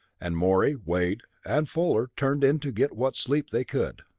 and morey, wade and fuller turned in to get what sleep they could.